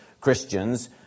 Christians